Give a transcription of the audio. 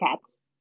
Cats